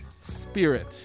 Spirit